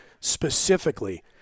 specifically